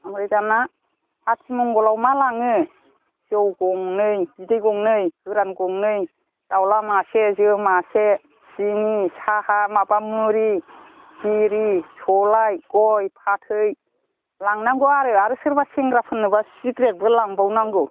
ओमफ्राय दाना आथिमंगलाव मा लाङो जौ गंनै बिदै गंनै गोरान गंनै दाउज्ला मासे जो मासे सिनि साहा माबा मुरि बिरि सलाइ गय फाथै लांनांगौ आरो आरो सोरबा सेंग्राफोर नुब्ला सिगारेटबे लांबावनांगौ